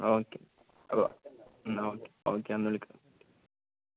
okay uh okay okay എന്നാൽ വിളിക്കാം